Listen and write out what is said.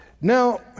Now